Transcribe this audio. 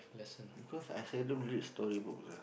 because I seldom read storybook lah